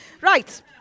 right